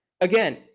Again